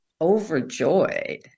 overjoyed